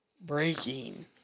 breaking